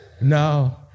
No